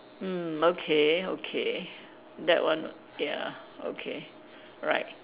mm okay okay that one ya okay right